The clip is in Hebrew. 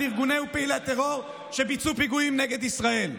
ארגוני ופעילי טרור שביצעו פיגועים נגד ישראל,